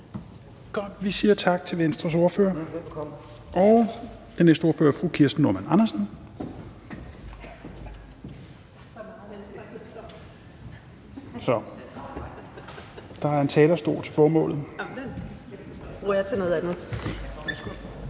Vi siger tak til Venstres ordfører. Den næste ordfører er fru Kirsten Normann Andersen. Kl. 11:17 (Ordfører)